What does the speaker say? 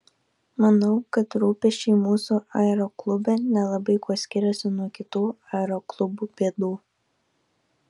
manau kad rūpesčiai mūsų aeroklube nelabai kuo skiriasi nuo kitų aeroklubų bėdų